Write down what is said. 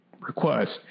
request